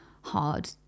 hard